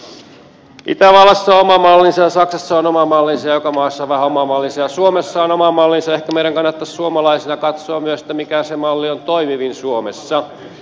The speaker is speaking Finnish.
itävallassa on oma mallinsa ja saksassa on oma mallinsa ja joka maassa on vähän oma mallinsa ja suomessa on oma mallinsa ja ehkä meidän kannattaisi suomalaisina katsoa myös mikä malli on toimivin suomessa